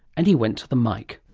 and he went to the mic.